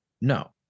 No